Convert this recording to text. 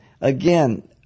again